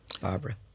Barbara